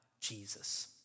Jesus